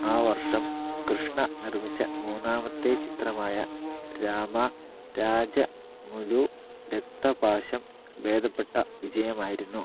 ആ വർഷം കൃഷ്ണ നിർമ്മിച്ച മൂന്നാമത്തെ ചിത്രമായ രാമ രാജമുലു രക്ത പാശം ഭേദപ്പെട്ട വിജയമായിരുന്നു